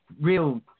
real